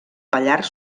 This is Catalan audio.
pallars